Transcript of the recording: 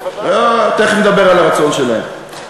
בוודאי, לא, תכף נדבר על הרצון שלהם.